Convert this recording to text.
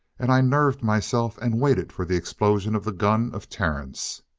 and i nerved myself and waited for the explosion of the gun of terence.